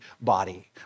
body